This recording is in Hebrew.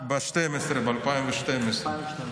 ב-2012.